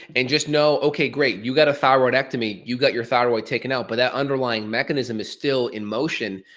and just know, okay, great, you got a thyroidectomy, you get your thyroid taken out but that underlying mechanism is still in motion,